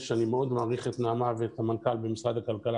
אני מאוד מעריך את נעמה ואת דוד המנכ"ל במשרד הכלכלה.